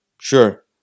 sure